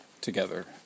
together